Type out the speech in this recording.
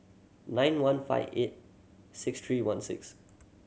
nine one five eight six three one six